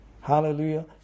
Hallelujah